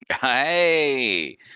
Hey